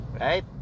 right